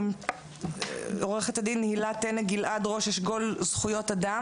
עם כל הרצון להגיע למאה אחוז, אין דבר